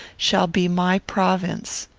shall be my province.